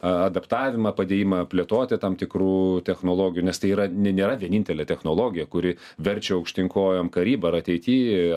a adaptavimą padėjimą plėtoti tam tikrų technologijų nes tai yra ne nėra vienintelė technologija kuri verčia aukštyn kojom karybą ar ateity